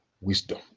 wisdom